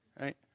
right